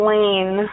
Lane